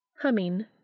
Humming